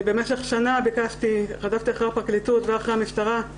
במשך שנה רדפתי אחרי הפרקליטות ואחרי המשטרה.